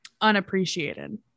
unappreciated